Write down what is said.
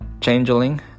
Changeling